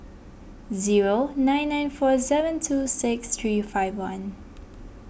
zero nine nine four seven two six three five one